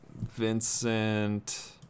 Vincent